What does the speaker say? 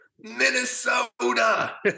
Minnesota